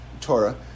Torah